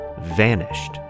vanished